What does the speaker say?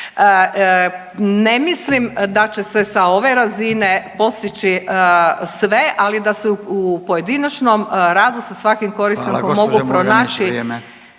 Ne mislim da će se sa ove razine postići sve, ali da se u pojedinačnom radu sa svakim korisnikom mogu pronaći